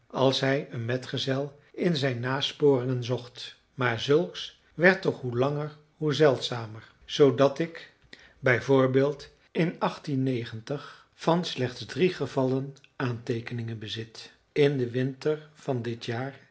als hij een metgezel in zijn nasporingen zocht maar zulks werd toch hoe langer hoe zeldzamer zoodat ik b v in van slechts drie gevallen aanteekeningen bezit in den winter van dit jaar